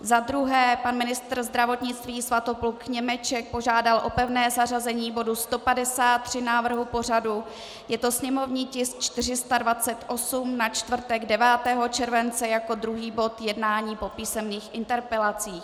Za druhé, pan ministr zdravotnictví Svatopluk Němeček požádal o pevné zařazení bodu 153 návrhu pořadu, je to sněmovní tisk 428, na čtvrtek 9. července jako druhý bod jednání po písemných interpelacích.